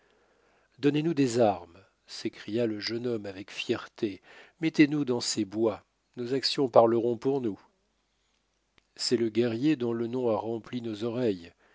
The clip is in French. donnez-nous des armes s'écria le jeune homme avec fierté mettez nous dans ces bois nos actions parleront pour nous c'est le guerrier dont le nom a rempli nos oreilles